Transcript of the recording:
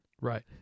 Right